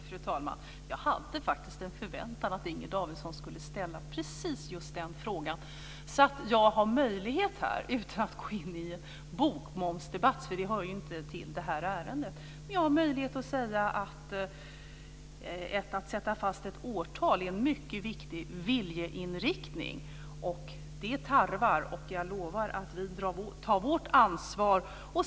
Fru talman! Jag förväntade mig faktiskt att Inger Davidson skulle ställa precis just den frågan, så att jag skulle ha möjlighet att svara utan att gå in i en bokmomsdebatt, för det hör inte till detta ärende. Jag har möjlighet att säga att ett fastställande av ett årtal är en mycket viktig viljeinriktning. Det tarvar åtgärder, och jag lovar att vi tar vårt ansvar.